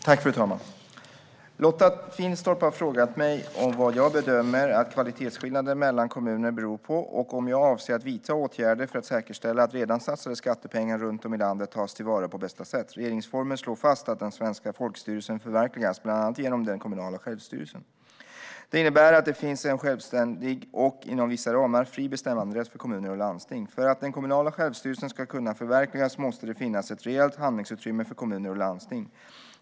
Fru talman! Lotta Finstorp har frågat mig om vad jag bedömer att kvalitetsskillnader mellan kommuner beror på och om jag avser att vidta åtgärder för att säkerställa att redan satsade skattepengar runt om i landet tas till vara på bästa sätt. Regeringsformen slår fast att den svenska folkstyrelsen förverkligas bland annat genom den kommunala självstyrelsen. Det innebär att det finns en självständig och, inom vissa ramar, fri bestämmanderätt för kommuner och landsting. För att den kommunala självstyrelsen ska kunna förverkligas måste det finnas ett reellt handlingsutrymme för kommuner och landsting.